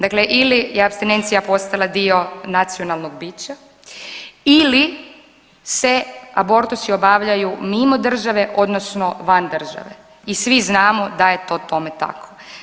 Dakle ili je apstinencija posala dio nacionalnog bića ili se abortusi obavljaju mimo države odnosno van države i svi znamo da je to tome tako.